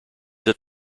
that